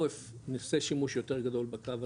נעשה שימוש יותר גדול בקו הזה,